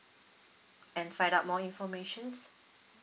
and find out more information